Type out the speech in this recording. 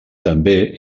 també